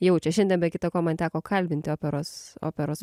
jaučia šiandien be kita ko man teko kalbinti operos operos